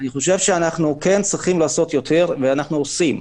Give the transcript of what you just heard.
אני חושב שאנחנו צריכים לעשות יותר, ואנחנו עושים.